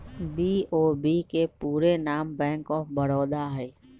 BOB के पूरे नाम बैंक ऑफ बड़ौदा हइ